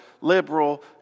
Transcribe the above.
liberal